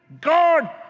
God